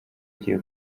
ugiye